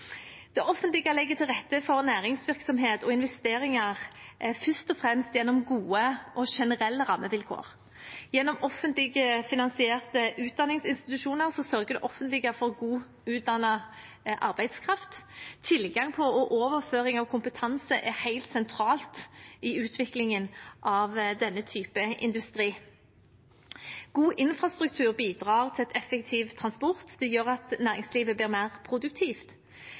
Det offentlige legger til rette for næringsvirksomhet og investeringer først og fremst gjennom gode og generelle rammevilkår. Gjennom offentlig finansierte utdanningsinstitusjoner sørger det offentlige for godt utdannet arbeidskraft. Tilgang på og overføring av kompetanse er helt sentralt i utviklingen av denne typen industri. God infrastruktur bidrar til effektiv transport. Det gjør at næringslivet blir mer produktivt.